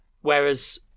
whereas